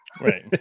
right